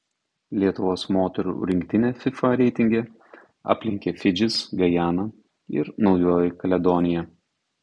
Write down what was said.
lietuvos moterų rinktinę fifa reitinge aplenkė fidžis gajana ir naujoji kaledonija